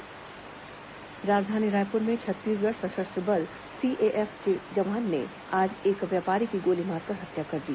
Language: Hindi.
व्यापारी हत्या राजधानी रायपुर में छत्तीसगढ़ सशस्त्र बल सीएएफ के जवान ने आज एक व्यापारी की गोली मारकर हत्या कर दी